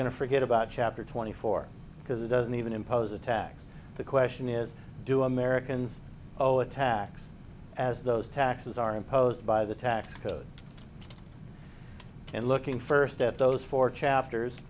going to forget about chapter twenty four because it doesn't even impose a tax the question is do americans owe a tax as those taxes are imposed by the tax code and looking first at those four chapters